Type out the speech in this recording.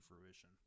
fruition